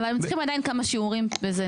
אבל הם צריכים עדיין כמה שיעורים בזה.